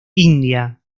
india